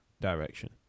direction